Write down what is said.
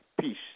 peace